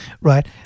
right